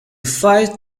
fire